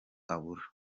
abura